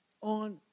on